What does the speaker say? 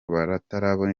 batarabona